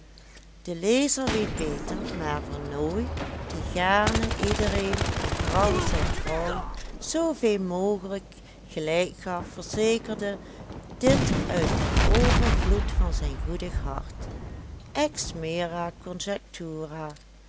de lezer weet beter maar vernooy die gaarne iedereen en vooral zijn vrouw zooveel mogelijk gelijk gaf verzekerde dit uit den overvloed van zijn goedig hart ex